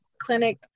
clinic